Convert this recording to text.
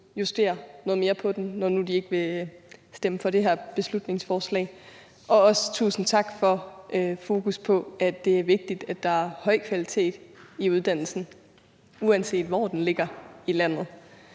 justere noget mere på den, når nu de ikke vil stemme for det her beslutningsforslag. Også tusind tak for at have fokus på, at det er vigtigt, der er høj kvalitet i uddannelsen, uanset hvor den ligger i landet,